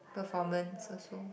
performance also